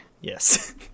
Yes